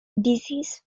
disease